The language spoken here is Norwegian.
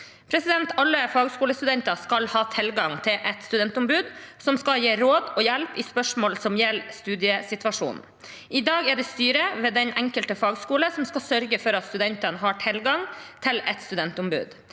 Norge. Alle fagskolestudenter skal ha tilgang på et studentombud som skal gi råd og hjelp i spørsmål som gjelder studiesituasjonen. I dag er det styret ved den enkelte fagskole som skal sørge for at studentene har tilgang på et studentombud.